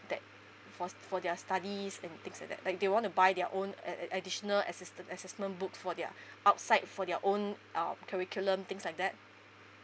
that for s~ for their studies and things like that like they want to buy their own ad~ ad~ additional assistance assessment book for their outside for their own uh curriculum things like that